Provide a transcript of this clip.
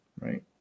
right